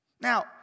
Now